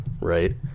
Right